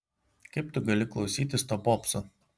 kaip tu gali klausytis to popso